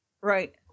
Right